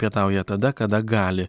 pietauja tada kada gali